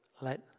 let